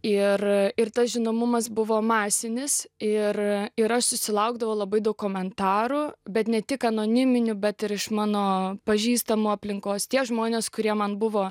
ir ir tas žinomumas buvo masinis ir ir aš susilaukdavau labai daug komentarų bet ne tik anoniminių bet ir iš mano pažįstamų aplinkos tie žmonės kurie man buvo